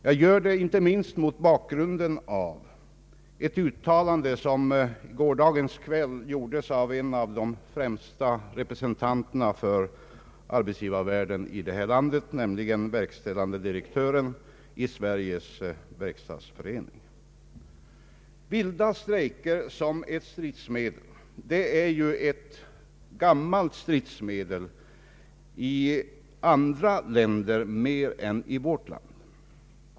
Jag gör det inte minst mot bakgrunden av ett uttalande, som gårdagens kväll gjordes av en av de främsta representanterna för arbetsgivarvärlden i detta land, nämligen verkställande direktören i Sveriges verkstadsförening. Vilda strejker är ju ett gammalt stridsmedel i andra länder mer än i vårt land.